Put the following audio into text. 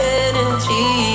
energy